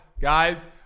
guys